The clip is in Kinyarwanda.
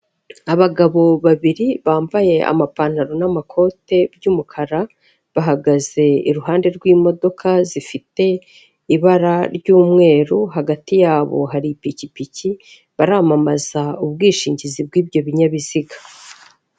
Abagabo babiri bambaye amapantaro n'amakote by'umukara bahagaze iruhande rw'imodoka zifite ibara ry'umweru hagati yabo hari ipikipiki baramamaza ubwishingizi bw'ibyo binyabiziga.